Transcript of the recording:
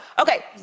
Okay